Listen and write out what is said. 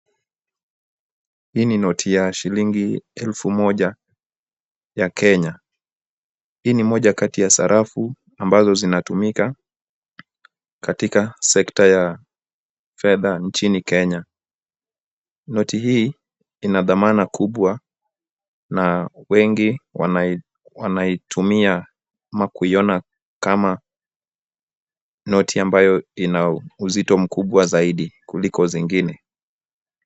Hii ni noti ya shilingi elfu moja ya Kenya. Hii ni Moja kati ya sarafu ambazo zinatumika katika sekta ya fedha njini kenya .Noti hii ina thamana kubwa na wengi wanaitumia ama kuiona kama noti ambayo ina uzito mkubwa zaidi kuliko zingine.